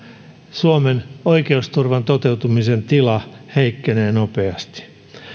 suomen oikeusturvan toteutumisen tila heikkenee nopeasti